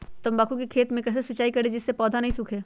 तम्बाकू के खेत मे कैसे सिंचाई करें जिस से पौधा नहीं सूखे?